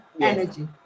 energy